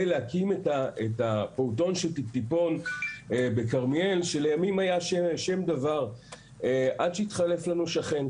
להקים את הפעוטון בכרמיאל שלימים היה שם דבר עד שהתחלף לנו שכן.